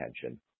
attention